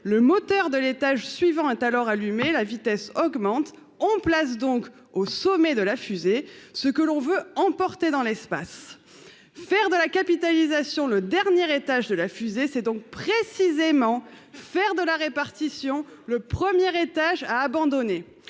Le moteur de l'étage suivant est alors allumé, la vitesse augmente. On place donc au sommet de la fusée ce que l'on veut emporter dans l'espace. Faire de la capitalisation le dernier étage de la fusée, c'est donc précisément faire de la répartition le premier étage à abandonner